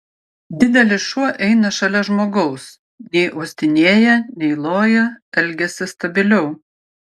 didelis šuo eina šalia žmogaus nei uostinėją nei loja elgiasi stabiliau